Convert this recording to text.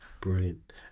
Brilliant